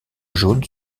jaune